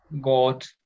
got